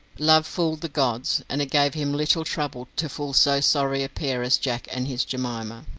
love fooled the gods, and it gave him little trouble to fool so sorry a pair as jack and his jemima.